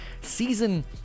Season